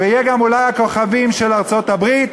ואולי גם כמה כוכבים של ארצות-הברית,